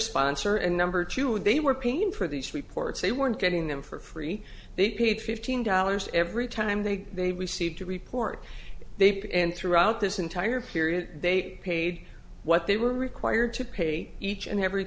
sponsor and number two when they were paying for these reports they weren't getting them for free they paid fifteen dollars every time they they received a report they paid and throughout this entire period they paid what they were required to pay each and every